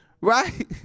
right